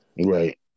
right